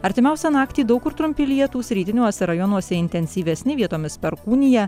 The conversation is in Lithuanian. artimiausią naktį daug kur trumpi lietūs rytiniuose rajonuose intensyvesni vietomis perkūnija